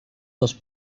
was